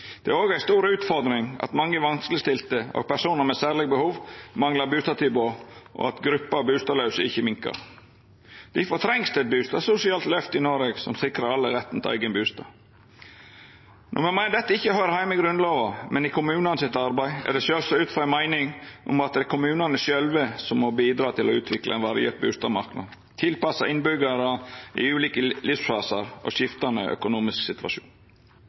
Det er òg ei stor utfordring at mange vanskelegstilte og personar med særlege behov manglar bustadtilbod, og at gruppa bustadlause ikkje minkar. Difor trengst det eit bustadsosialt løft i Noreg som sikrar alle retten til eigen bustad. Når me meiner dette ikkje høyrer heime i Grunnlova, men i kommunane sitt arbeid, er det ut frå ei meining om at det er kommunane sjølve som må bidra til å utvikla ein variert bustadmarknad, tilpassa innbyggjarar i ulike livsfasar og skiftande økonomisk situasjon.